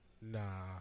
Nah